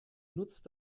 nutzt